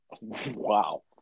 Wow